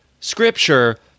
Scripture